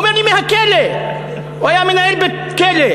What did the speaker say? הוא אומר לי: מהכלא, הוא היה מנהל בית-כלא.